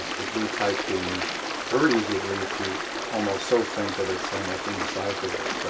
the blue type being very easy to read to almost so faint that it's almost indecipherable, so,